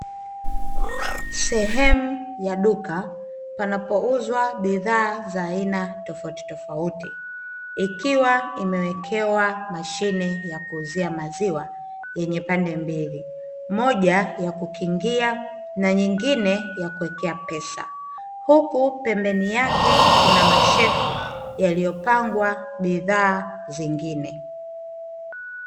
Sehemu ya duka, panapouzwa bidhaa za aina tofautitofauti, ikiwa imewekewa mashine ya kuuzia maziwa yenye pande mbili; moja ya kukingia na nyingine ya kuwekea pesa, huku pembeni yake kuna mashelfu yaliyopangwa bidhaa zingine.